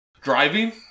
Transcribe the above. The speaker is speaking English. driving